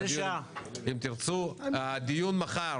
הדיון מחר